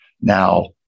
Now